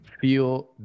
feel